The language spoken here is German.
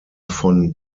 von